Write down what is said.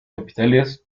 capitales